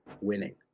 winning